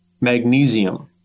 magnesium